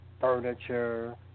furniture